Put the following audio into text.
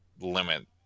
limit